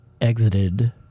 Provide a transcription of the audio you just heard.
exited